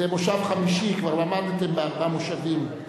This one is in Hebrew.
זה מושב חמישי, כבר למדתם בארבעה מושבים.